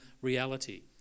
reality